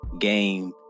game